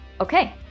Okay